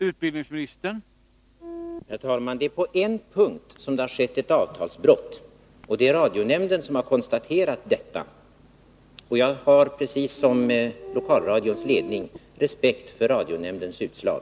Herr talman! Det är på en punkt som det har skett ett avtalsbrott, och det är radionämnden som har konstaterat detta. Jag har, precis som lokalradions ledning, respekt för radionämndens utslag.